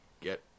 get